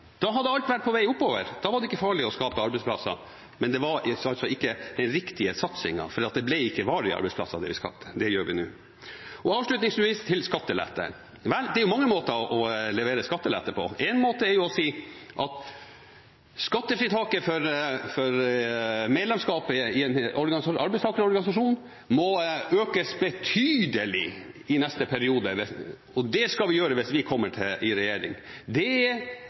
Da hadde alt vært på vei oppover, da var det ikke farlig å skape arbeidsplasser. Men det var ikke riktige satsinger, for det ble ikke skapt varige arbeidsplasser. Det gjør vi nå. Avslutningsvis, til skattelette: Det er mange måter å levere skattelette på. Én måte er å si at skattefritaket for medlemskap i en arbeidstakerorganisasjon må økes betydelig i neste periode, og at det skal vi gjøre hvis vi kommer i regjering. Det